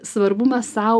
svarbumas sau